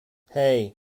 hey